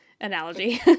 analogy